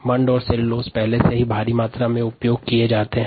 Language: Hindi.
मंड और सेल्यूलोज पहले से बहुतायत में उपयोग किए जा रहें है